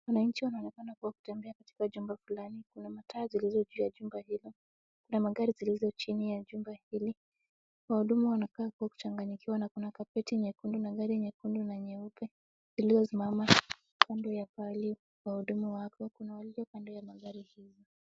Wananchi wanaonekana kuwa wakitembea katika chumba fulani. Kuna mataa zilizo juu ya chumba hilo. Kuna magari zilizo chini ya chumba hili. Wahudumu wanakaa kwa kuchanganyikiwa na kuna kapeti nyekundu na gari nyekundu na nyeupe zilizo simama kando ya pahali wahudumu wako. Kuna walio kando ya magari hizo.